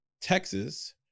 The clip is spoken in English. texas